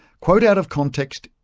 quote out of context,